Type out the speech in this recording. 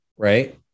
right